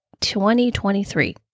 2023